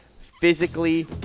physically